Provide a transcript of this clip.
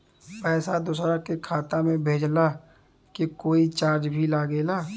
पैसा दोसरा के खाता मे भेजला के कोई चार्ज भी लागेला?